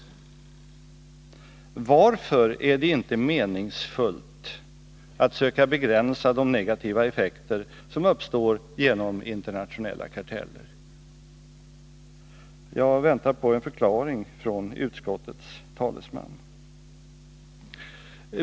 Varför är det inte meningsfullt att söka begränsa de negativa effekter som uppstår genom internationella karteller? Jag väntar på en förklaring från utskottets talesman.